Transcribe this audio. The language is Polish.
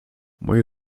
moje